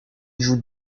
joue